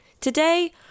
Today